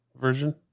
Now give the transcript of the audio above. version